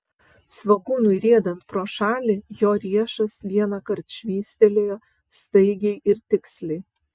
svogūnui riedant pro šalį jo riešas vienąkart švystelėjo staigiai ir tiksliai